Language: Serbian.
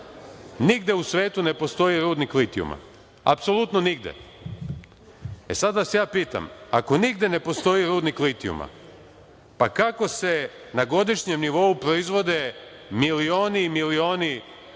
nigde u svetu ne postoji rudnik litijuma, apsolutno nigde i sada vas pitam – ako nigde ne postoji rudnik litijuma, pa kako se na godišnjem nivou proizvode milioni i milioni mobilnih